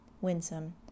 winsome